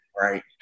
Right